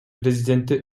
президенти